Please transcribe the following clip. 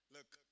Look